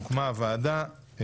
הוקמה הוועדה.